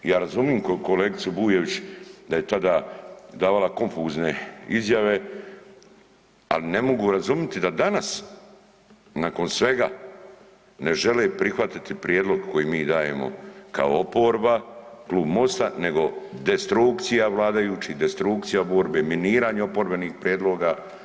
I ja razumijem kolegicu Bujević da je tada davala konfuzne izjave, ali ne mogu razumiti da danas nakon svega ne žele prihvatiti prijedlog koji mi dajemo kao oporba, klub MOST-a nego destrukcija vladajućih, destrukcija oporbe, miniranje oporbenih prijedloga.